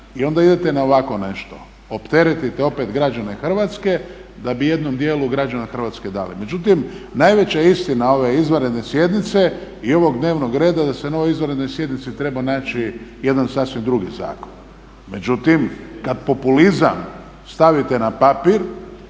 i onda idete na ovako nešto. Opteretite opet građane Hrvatske da bi jednom dijelu građana Hrvatske dali. Međutim, najveća je istina ove izvanredne sjednice i ovog dnevnog reda da se na ovoj izvanrednoj sjednici trebao naći jedan sasvim drugi zakon. Međutim, kada populizam stavite na papir